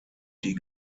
die